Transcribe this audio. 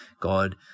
God